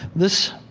this